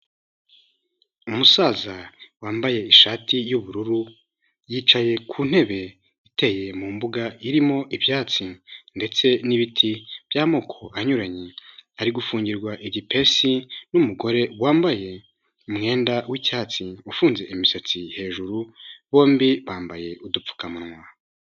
Umusaza wambaye ishati y'ubururu yicaye ku ntebe iteye mu mbuga irimo ibyatsi ndetse n'ibiti by'amoko anyuranye ari gufungirwa igipepesi n'umugore wambaye umwenda w'icyatsi ufunze imisatsi hejuru bombi bambaye udupfukamunwa.